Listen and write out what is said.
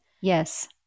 Yes